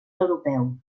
europeu